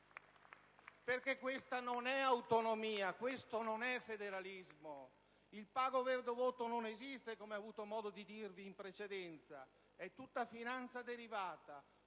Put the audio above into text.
PD)*. Questa non è autonomia! Questo non è federalismo! Il « pago, vedo, voto» non esiste, come ho avuto modo di sottolineare in precedenza: è tutta finanza derivata.